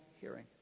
hearing